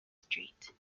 street